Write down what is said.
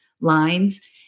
lines